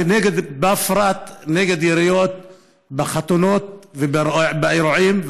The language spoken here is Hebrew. ובפרט נגד יריות בחתונות ובאירועים.